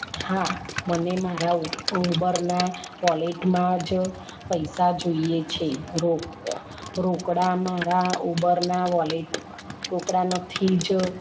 હા મને મારા ઉબરના વૉલેટમાંજ પૈસા જોઈએ છે રોક રોકડા મારા ઉબરના વૉલેટ રોકડા નથી